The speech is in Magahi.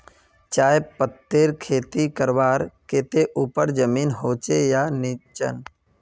चाय पत्तीर खेती करवार केते ऊपर जमीन होचे या निचान?